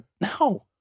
No